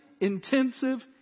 intensive